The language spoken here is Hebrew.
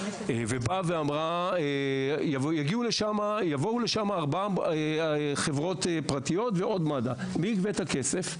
שאמרה שיבואו לשם ארבע חברות פרטיות ועוד מד"א מי יגבה את הכסף?